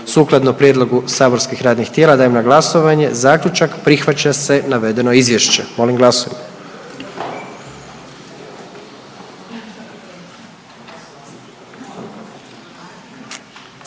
Sukladno prijedlogu saborskih radnih tijela dajem na glasovanje Zaključak, prihvaća se navedeno izvješće. Molim glasujmo.